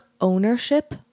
ownership